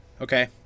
Okay